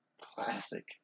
classic